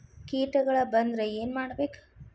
ಕೇಟಗಳ ಬಂದ್ರ ಏನ್ ಮಾಡ್ಬೇಕ್?